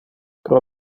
pro